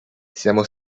siamo